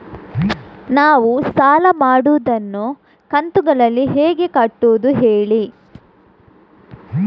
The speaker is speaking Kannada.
ನಾವು ಸಾಲ ಮಾಡಿದನ್ನು ಕಂತುಗಳಲ್ಲಿ ಹೇಗೆ ಕಟ್ಟುದು ಹೇಳಿ